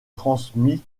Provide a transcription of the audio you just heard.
transmit